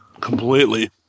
Completely